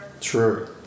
True